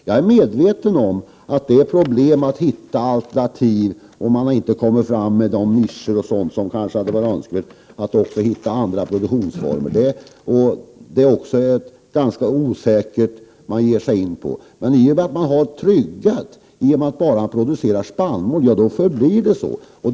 Jag är medveten om att det är problem med att hitta alternativ och andra produktionsformer, om man inte kommer fram genom de nischer som kanske hade varit önskvärt. Det är också ganska osäkert att ge sig in på sådant. I och med att man är tryggad om man bara producerar spannmål, förblir det ju så.